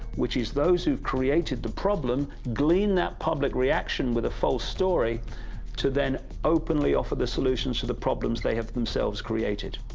which is those who created the problem, clean that public reaction with a false story to then openly offer the solution to the problems they have themselves created.